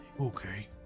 Okay